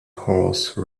horse